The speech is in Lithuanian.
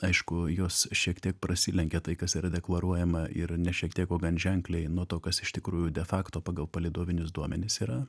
aišku jos šiek tiek prasilenkia tai kas yra deklaruojama yra ne šiek tiek o gan ženkliai nuo to kas iš tikrųjų de facto pagal palydovinius duomenis yra